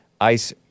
Ice